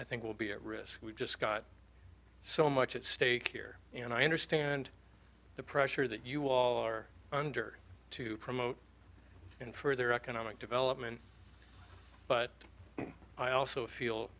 i think will be at risk we've just got so much at stake here and i understand the pressure that you all are under to promote and further economic development but i also feel